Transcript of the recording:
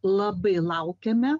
labai laukiame